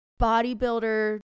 bodybuilder